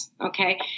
Okay